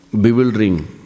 bewildering